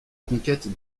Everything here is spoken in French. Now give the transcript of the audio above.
conquête